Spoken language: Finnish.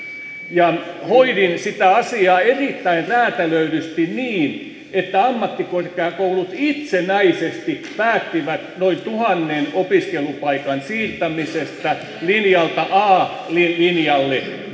niin hoidin sitä asiaa erittäin räätälöidysti niin että ammattikorkeakoulut itsenäisesti päättivät noin tuhannen opiskelupaikan siirtämisestä linjalta a linjalle